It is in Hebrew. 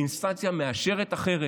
באינסטנציה מאשרת אחרת.